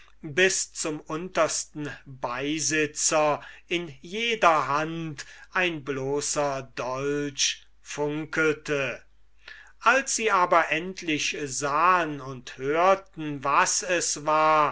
bis zum untersten beisitzer in jeder hand ein bloßer dolch funkelte als sie aber endlich sahen und hörten was es war